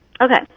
Okay